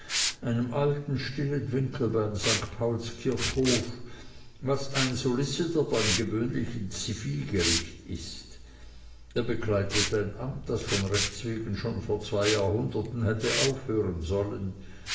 einem alten stillen winkel beim st paulskirchhof was ein solicitor beim gewöhnlichen zivilgericht ist er bekleidet ein amt das von rechtswegen schon vor zwei jahrhunderten hätte aufhören sollen